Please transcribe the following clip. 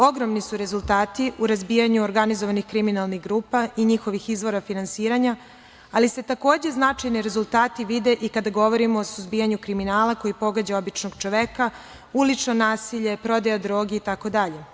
Ogromni su rezultati u razbijanju organizovanih kriminalnih grupa i njihovih izvora finansiranja, ali se takođe značajni rezultati vide i kada govorimo o suzbijanju kriminala koji pogađa običnog čoveka, ulično nasilje, prodaja droge itd.